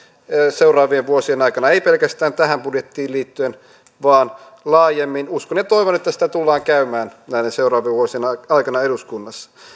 seuraavien vuosien aikana ei pelkästään tähän budjettiin liittyen vaan laajemmin uskon ja toivon että sitä tullaan käymään näiden seuraavien vuosien aikana eduskunnassa